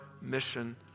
mission